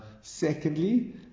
Secondly